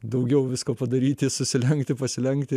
daugiau visko padaryti susilenkti pasilenkti